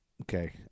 Okay